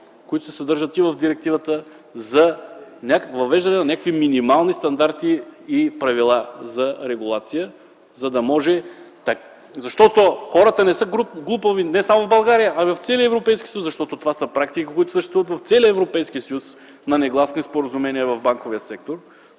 които се съдържат и в директивата, за въвеждане на някакви минимални стандарти и правила за регулация. Хората не са глупави – не само в България, а в целия Европейски съюз, защото това са практики, които съществуват в целия Европейски съюз – на негласни споразумения в банковия сектор.